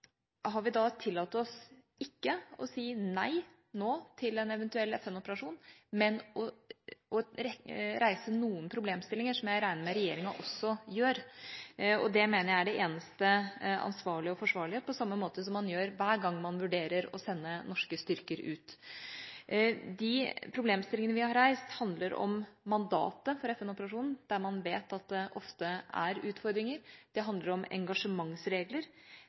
har vi tillatt oss ikke å si nei nå til en eventuell FN-operasjon, men å reise noen problemstillinger, som jeg regner med regjeringa også gjør. Det mener jeg er det eneste ansvarlige og forsvarlige, på samme måte som man gjør hver gang man vurderer å sende norske styrker ut. De problemstillingene vi har reist, handler om mandatet for FN-operasjonen, der man vet at det ofte er utfordringer. Det handler om engasjementsregler,